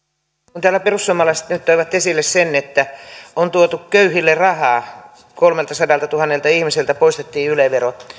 kun täällä perussuomalaiset nyt toivat esille sen että on tuotu köyhille rahaa kolmeltasadaltatuhannelta ihmiseltä poistettiin yle vero